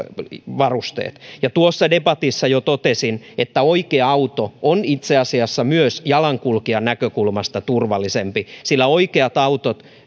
varusteet tuossa debatissa jo totesin että oikea auto on itse asiassa myös jalankulkijan näkökulmasta turvallisempi sillä oikeat autot